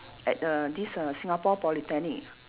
at err this err Singapore Polytechnic